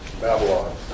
Babylon